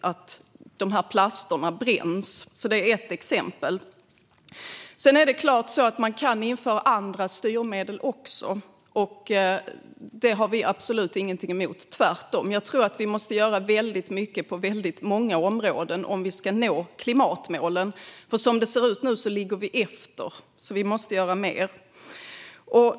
Det är klart att man kan införa också andra styrmedel. Det har vi absolut ingenting emot - tvärtom. Jag tror att vi måste göra väldigt mycket på väldigt många områden om vi ska nå klimatmålen. Som det ser ut nu ligger vi efter. Vi måste alltså göra mer.